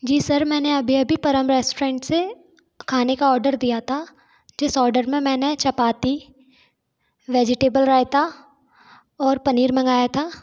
जी sir मैंने अभी अभी परम रेस्टोरेंट से खाने का ऑर्डर दिया था जिस ऑर्डर में मैंने चपाती वेज़िटेबल रायता और पनीर मंगाया था